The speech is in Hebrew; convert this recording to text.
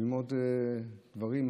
ללמוד דברים.